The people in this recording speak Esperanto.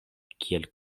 kiel